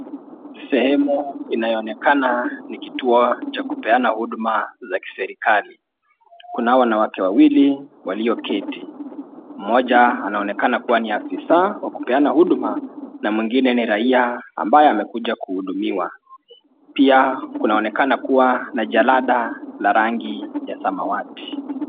Sehemu inayoonekana ni kituo cha kupeana huduma za kiserikali. Kunao wanawake wawili walioketi, mmoja anaonekana kuwa ni afisa wa kupeana huduma na mwingine ni raia ambaye amekuja kuhudumiwa. Pia kunaonekana kuwa na jalada la rangi ya samawati.